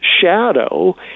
shadow